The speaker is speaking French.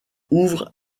ouvre